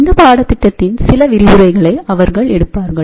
இந்த பாடத்திட்டத்தின் சில விரிவுரைகளை அவர்கள் எடுப்பார்கள்